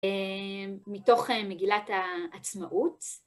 מתוך מגילת העצמאות.